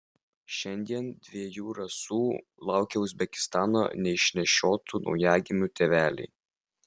šiandien dviejų rasų laukia uzbekistano neišnešiotų naujagimių tėveliai